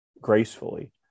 gracefully